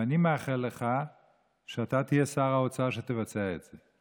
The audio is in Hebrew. ואני מאחל לך שאתה תהיה שר האוצר שיבצע את זה,